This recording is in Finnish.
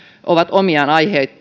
ovat omiaan